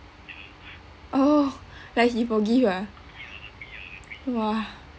oh like he forgive ah !wah!